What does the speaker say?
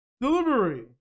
Delivery